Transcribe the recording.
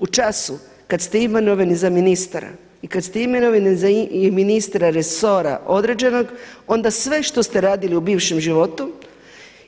U času kad ste imenovani za ministra i kad ste imenovani za ministra resora određenog, onda sve što ste radili u bivšem životu